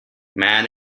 man